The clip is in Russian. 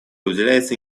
уделяется